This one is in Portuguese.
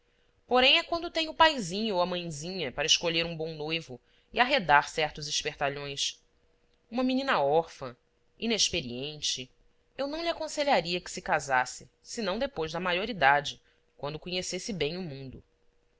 porém é quando têm o paizinho ou a mãezinha para escolher um bom noivo e arredar certos espertalhões uma menina órfã inexperiente eu não lhe aconselharia que se casasse senão depois da maioridade quando conhecesse bem o mundo